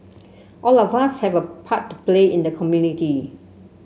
all of us have a part play in the community